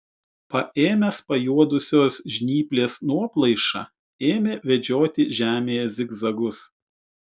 paėmęs pajuodusios žnyplės nuoplaišą ėmė vedžioti žemėje zigzagus